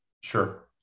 Sure